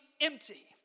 empty